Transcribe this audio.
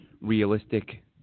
realistic